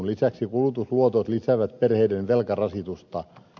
lisäksi kulutusluotot lisäävät perheiden velkarasitusta